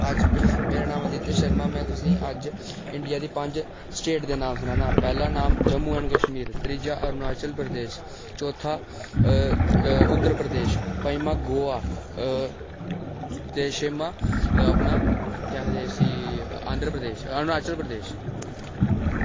मेरा नांऽ अदित्य शर्मा ऐ में तुसेंई अज इंडिया दी पंज स्टेट दे नांऽ सनानां पैह्ला नांऽ जम्मू ऐंड कश्मीर त्रिआ अरुनाचल प्रदेश चौथा उत्तर प्रदेश पंजमां गोआ ते छेमां अपना केह् आखदे उसी आंध्र प्रदेश अरुनाचल प्रदेश